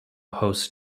hosts